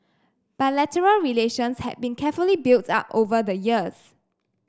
bilateral relations had been carefully built up over the years